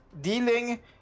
Dealing